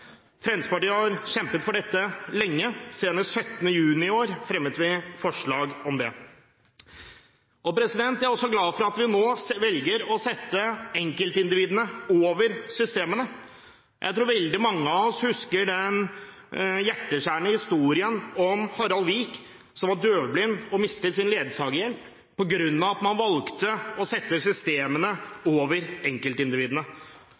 Fremskrittspartiet har kjempet for dette lenge. Senest 17. juni i år fremmet vi forslag om det. Jeg er også glad for at vi nå velger å sette enkeltindividene over systemene. Jeg tror veldig mange av oss husker den hjerteskjærende historien om Harald Vik, som var døvblind, og som mistet sin ledsagerhjelp på grunn av at man valgte å sette